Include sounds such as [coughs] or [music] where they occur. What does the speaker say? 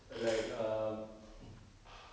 like um [coughs] [noise]